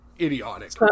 Idiotic